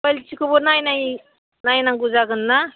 कुवालिटिखौबो नायनाय नायनांगौ जागोन ना